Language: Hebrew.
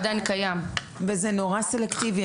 חברים, חברים,